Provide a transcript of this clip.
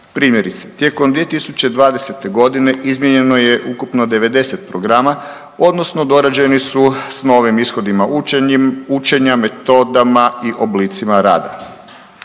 Primjerice, tijekom 2020. g. izmijenjeno je ukupno 90 programa odnosno dorađeni s novim ishodima učenja, metodama i oblicima rada.